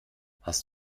hast